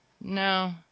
No